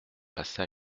passa